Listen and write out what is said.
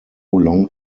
long